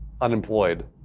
unemployed